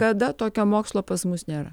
kada tokio mokslo pas mus nėra